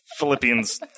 Philippians